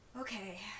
Okay